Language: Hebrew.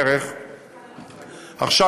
עכשיו,